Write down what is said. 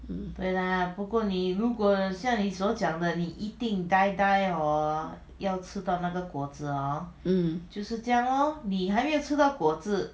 um